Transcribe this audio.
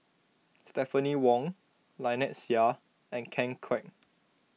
Stephanie Wong Lynnette Seah and Ken Kwek